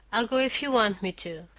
i'll go if you want me to.